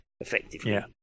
effectively